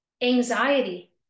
anxiety